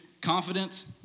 confidence